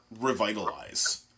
revitalize